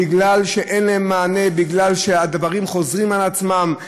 מפני שאין להם מענה, מפני שהדברים חוזרים על עצמם.